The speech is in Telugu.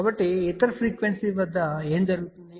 కాబట్టి ఇతర ఫ్రీక్వెన్సీ ల వద్ద ఏమి జరుగుతుంది